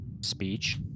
speech